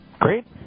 Great